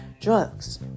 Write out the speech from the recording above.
Drugs